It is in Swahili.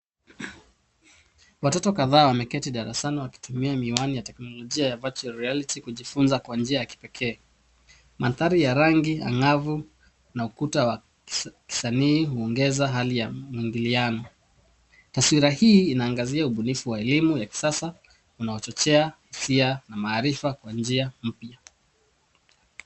Watoto kadhaa wameketi darasani wakitumia miwani ya teknolojia ya virtual reality kujifunza kwa njia ya kipekee. Mandhari ya rangi angavu na ukuta wa kisanii huongeza hali ya mwingiliano. Taswira hii inaangazia ubunifu wa elimu ya kisasa, unaochochea hisia na maarifa kwa njia mpya.